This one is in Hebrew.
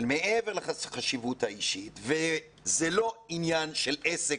מעבר לחשיבות האישית, וזה לא רק עניין של עסק,